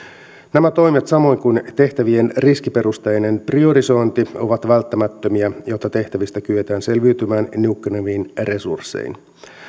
nämä toimet samoin kuin tehtävien riskiperusteinen priorisointi ovat välttämättömiä jotta tehtävistä kyetään selviytymään niukkenevin resurssein